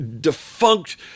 defunct